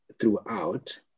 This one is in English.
throughout